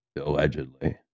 allegedly